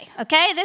okay